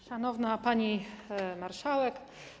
Szanowna Pani Marszałek!